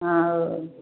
हँ ओ